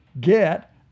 get